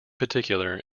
particular